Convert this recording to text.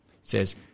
says